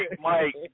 Mike